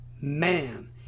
man